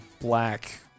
black